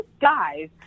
guys